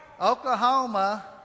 Oklahoma